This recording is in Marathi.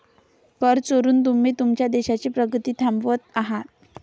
कर चोरून तुम्ही तुमच्या देशाची प्रगती थांबवत आहात